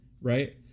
right